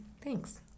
thanks